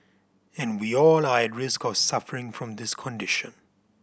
and we all are at risk of suffering from this condition